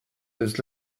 this